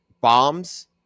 bombs